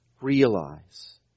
realize